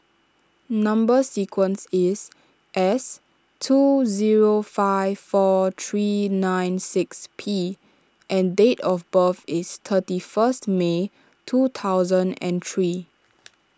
Number Sequence is S two zero five four three nine six P and date of birth is thirty first May two thousand and three